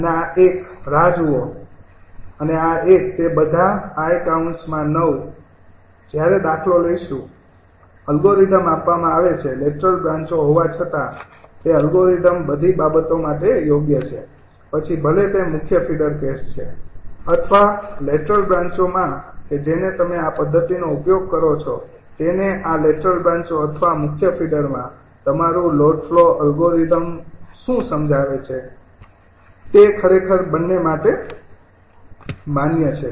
અને આ એક રાહ જુઓ અને આ એક તે બધા 𝑖૯ જ્યારે દાખલો લઈશું એલ્ગોરિધમ આપવામાં આવે છે લેટરલ બ્રાંચો હોવા છતા તે એલ્ગોરિધમ્સ બધી બાબતો માટે યોગ્ય છે પછી ભલે તે મુખ્ય ફીડર કેસ છે અથવા લેટરલ બ્રાંચોઓમાં કે જેને તમે આ પદ્ધતિનો ઉપયોગ કરો છો તેને આ લેટરલ બ્રાંચો અથવા મુખ્ય ફીડરમાં તમારું લોડ ફ્લો અલ્ગોરિધમ શું સમજાવે છે તે ખરેખર બંને માટે માન્ય છે